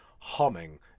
humming